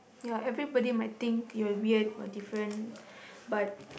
ya everybody might think you're weird or different but